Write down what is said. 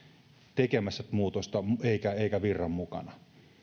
tekemässä muutosta eikä virran mukana